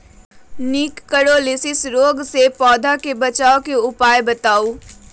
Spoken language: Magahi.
निककरोलीसिस रोग से पौधा के बचाव के उपाय बताऊ?